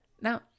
Now